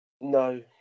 no